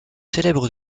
célèbre